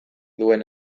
duen